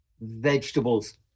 vegetables